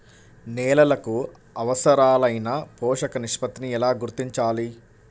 నేలలకు అవసరాలైన పోషక నిష్పత్తిని ఎలా గుర్తించాలి?